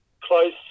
close